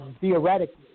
Theoretically